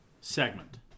segment